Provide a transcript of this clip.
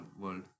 world